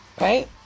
Right